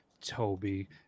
Toby